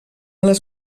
les